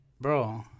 bro